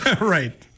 right